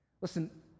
Listen